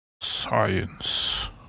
Science